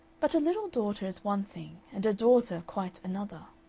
but a little daughter is one thing and a daughter quite another.